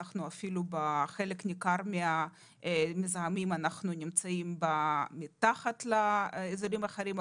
בחלק ניכר מהמזהמים אנחנו נמצאים מתחת לאזורים אחרים.